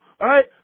right